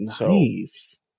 Nice